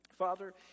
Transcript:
Father